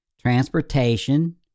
transportation